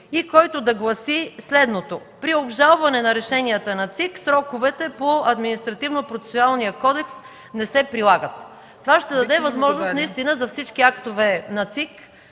и който да гласи следното: „При обжалване на решенията на ЦИК сроковете по Административнопроцесуалния кодекс не се прилагат”. Това ще даде възможност наистина за всички актове на ЦИК